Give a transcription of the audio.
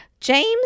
James